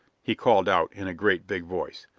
he called out, in a great big voice.